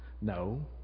No